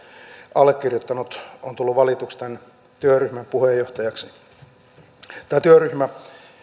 allekirjoittanut on tullut valituksi tämän työryhmän puheenjohtajaksi tämä